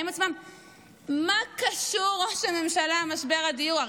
מה קשור ראש הממשלה למשבר הדיור?